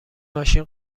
ماشین